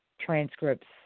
transcripts